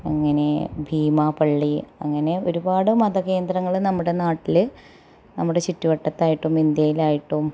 അങ്ങനെ ഭീമാപ്പള്ളി അങ്ങനെ ഒരുപാട് മതകേന്ദ്രങ്ങൾ നമ്മുടെ നാട്ടിൽ നമ്മുടെ ചുറ്റു വട്ടത്തായിട്ടും ഇന്ത്യയിലായിട്ടും